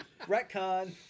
retcon